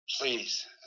Please